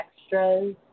extras